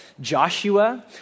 Joshua